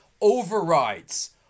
overrides